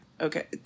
okay